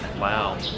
Wow